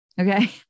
Okay